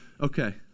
Okay